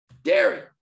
dairy